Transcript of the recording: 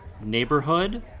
neighborhood